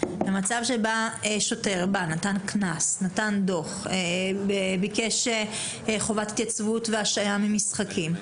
במצב שבא שוטר ונתן דוח וביקש חובת התייצבות והשעיה ממשחקים,